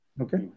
Okay